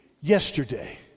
yesterday